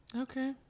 Okay